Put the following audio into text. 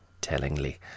tellingly